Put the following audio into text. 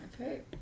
Okay